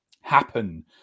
happen